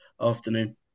afternoon